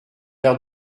l’air